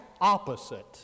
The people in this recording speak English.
opposite